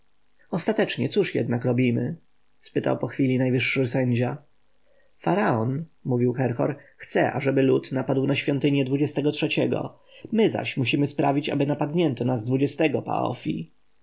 ostatecznie cóż jednak robimy spytał po chwili najwyższy sędzia faraon mówił herhor chce ażeby lud napadł na świątynie dwudziestego trzeciego my zaś musimy sprawić aby napadnięto nas